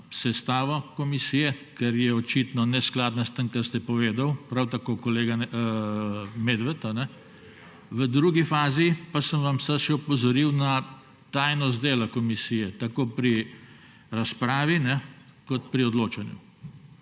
sestavo komisije, ker je očitno neskladna s tem, kar ste povedali, prav tako kolega Medved. V drugi fazi pa sem vas samo še opozoril na tajnost dela komisije tako pri razpravi kot pri odločanju.